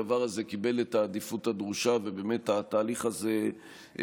הדבר הזה קיבל את העדיפות הדרושה והתהליך הזה התקדם.